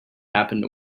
happen